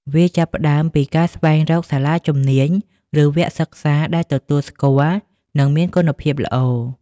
វាចាប់ផ្តើមពីការស្វែងរកសាលាជំនាញ ឬវគ្គសិក្សាដែលទទួលស្គាល់ និងមានគុណភាពល្អ។